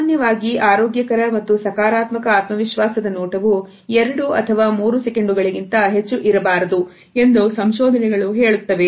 ಸಾಮಾನ್ಯವಾಗಿ ಆರೋಗ್ಯಕರ ಮತ್ತು ಸಕಾರಾತ್ಮಕ ಆತ್ಮವಿಶ್ವಾಸದ ನೋಟವು ಎರಡು ಅಥವಾ ಮೂರು ಸೆಕೆಂಡ್ ಗಳಿಗಿಂತ ಹೆಚ್ಚು ಇರಬಾರದು ಎಂದು ಸಂಶೋಧನೆಗಳು ಹೇಳುತ್ತವೆ